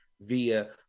via